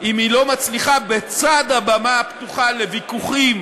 אם היא לא מצליחה, בצד הבמה הפתוחה לוויכוחים,